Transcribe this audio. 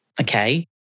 Okay